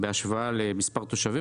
בהשוואה למספר התושבים,